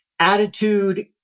Attitude